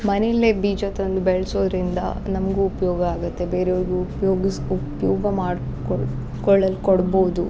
ಮನೆಯಲ್ಲೆ ಬೀಜ ತಂದು ಬೆಳ್ಸೋದರಿಂದ ನಮಗೂ ಉಪಯೋಗ ಆಗತ್ತೆ ಬೇರೆಯವ್ರ್ಗು ಉಪ್ಯೋಗಸ್ ಉಪಯೋಗ ಮಾಡ್ಕೊಳ್ಳಿ ಕೊಳ್ಳಲ್ ಕೊಡ್ಬೋದು